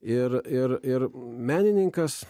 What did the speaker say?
ir ir ir menininkas